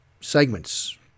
segments